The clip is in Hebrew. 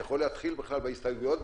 יכול להתחיל בכלל בהסתייגויות,